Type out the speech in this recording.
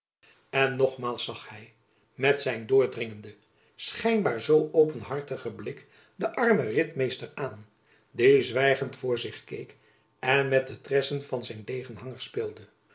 nogmaals zag hy met zijn doordringenden schijnbaar zoo openhartigen blik den armen ritmeester aan die zwijgend voor zich keek en met de tressen van zijn degenhanger speelde